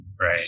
right